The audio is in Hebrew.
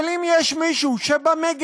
אבל אם יש מישהו שמחזיק